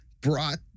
brought